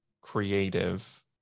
creative